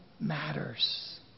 matters